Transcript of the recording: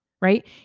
Right